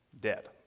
Dead